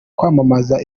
kwamamaza